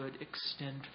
extend